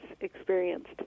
experienced